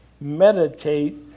Meditate